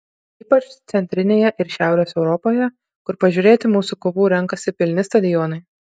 ypač centrinėje ir šiaurės europoje kur pažiūrėti mūsų kovų renkasi pilni stadionai